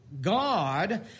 God